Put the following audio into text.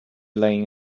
lying